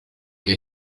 que